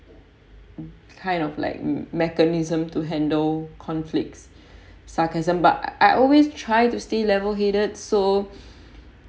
kind of like mechanism to handle conflicts sarcasm but I always try to stay level headed so